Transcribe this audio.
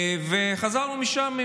חזרנו משם,